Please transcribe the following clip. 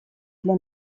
для